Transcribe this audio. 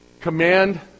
command